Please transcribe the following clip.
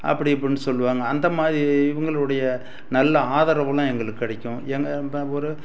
அப்படி இப்படினு சொல்வாங்க அந்தமாதிரி இவங்களுடைய நல்ல ஆதரவெலாம் எங்களுக்கு கிடைக்கும் எங்கள் இப்போ ஒரு